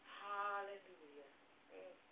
hallelujah